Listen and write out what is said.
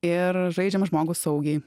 ir žaidžiam žmogų saugiai